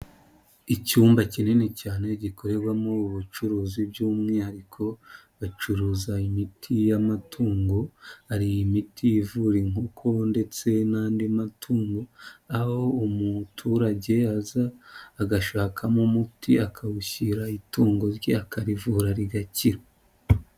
Icyumba kinini cyane gikorerwamo ubucuruzi by'umwihariko, bacuruza imiti y'amatungo, ari imiti ivura inkoko ndetse n'andi matungo, aho umuturage aza, agashakamo umuti akawushyira itungo rye, akarivura rigakira.